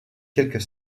quelques